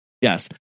Yes